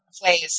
plays